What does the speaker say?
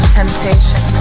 temptation